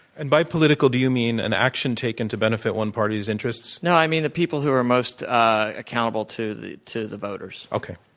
and by, political, do you mean an action taken to benefit one party's interests? no, i mean, the people who are most accountable to the to the voters. okay.